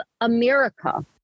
America